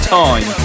time